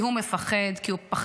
כי הוא מפחד, כי הוא פחדן.